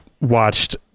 watched